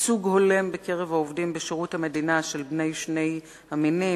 ייצוג הולם בקרב העובדים בשירות המדינה של בני שני המינים,